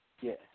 yes